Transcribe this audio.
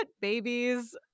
babies